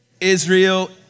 Israel